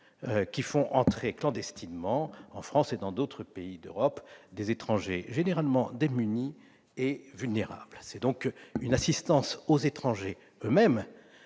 qui font entrer clandestinement, en France et dans d'autres pays d'Europe, des étrangers généralement démunis et vulnérables. C'est donc une assistance aux étrangers eux-mêmes